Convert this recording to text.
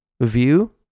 view